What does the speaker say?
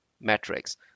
metrics